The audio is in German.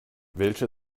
welche